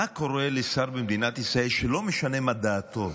מה קורה לשר במדינת ישראל, שלא משנה מה דעתו,